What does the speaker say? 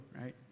right